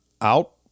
out